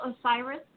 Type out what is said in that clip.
Osiris